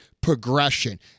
progression